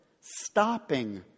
stopping